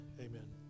amen